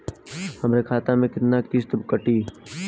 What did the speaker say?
हमरे खाता से कितना किस्त कटी?